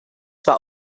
zwar